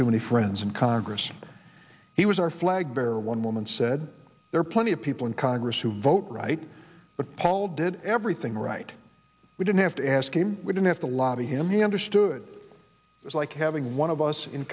too many friends in congress he was our flag bearer one woman said there are plenty of people in congress who vote right but paul did everything right we didn't have to ask him we didn't have to lobby him he understood it was like having one of us in